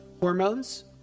hormones